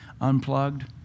unplugged